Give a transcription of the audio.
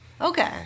Okay